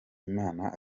imana